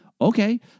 Okay